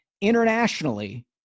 internationally